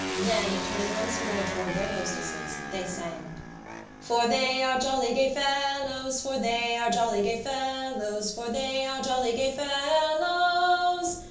then, turning once more towards their hostesses, they sang for they are jolly gay fellows, for they are jolly gay fellows, for they are jolly gay fellows,